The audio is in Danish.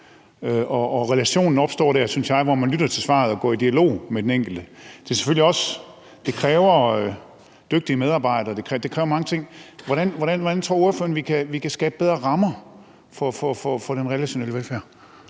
Relationen opstår, synes jeg, der, hvor man lytter til svaret og går i dialog med den enkelte, og det kræver selvfølgelig også dygtige medarbejdere, og det kræver mange andre ting. Hvordan tror ordføreren at vi kan skabe bedre rammer for den relationelle velfærd?